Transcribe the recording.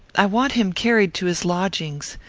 i want him carried to his lodgings.